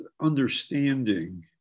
understanding